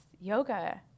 yoga